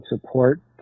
support